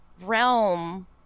Realm